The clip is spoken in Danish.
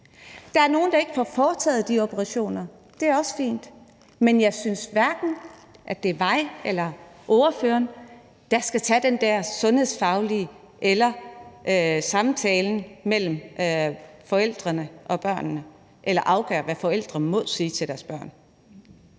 Der er nogle, der ikke får foretaget operationer, og det er også fint, men jeg synes hverken, at det er mig eller hr. Ole Birk Olesen, der skal forholde sig til det sundhedsfaglige eller tage stilling til samtalen mellem forældrene eller børnene eller afgøre, hvad forældre må sige til deres børn.